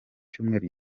cyumweru